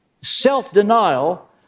self-denial